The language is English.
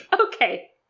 Okay